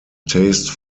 taste